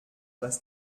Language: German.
das